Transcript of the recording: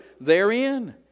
therein